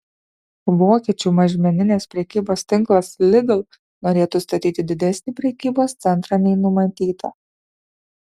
vokiečių mažmeninės prekybos tinklas lidl norėtų statyti didesnį prekybos centrą nei numatyta